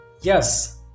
yes